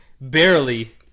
Barely